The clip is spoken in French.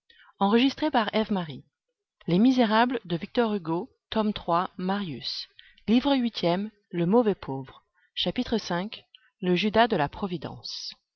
misère chapitre v le judas de la providence